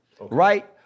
right